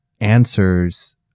answers